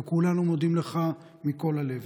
וכולנו מודים לך מכל הלב.